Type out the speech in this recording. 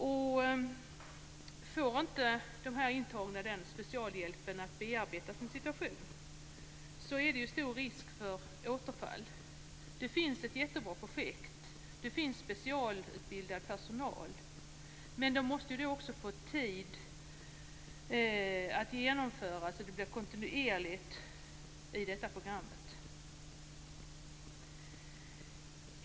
Om de intagna inte får denna specialhjälp för att bearbeta sin situation är det en stor risk för återfall. Det finns ett jättebra projekt. Det finns specialutbildad personal, men personalen måste också få tid att genomföra det här, så att det blir en kontinuitet i detta program.